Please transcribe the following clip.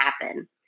happen